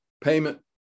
payment